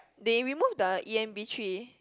they remove the E_M_B three